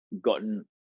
gotten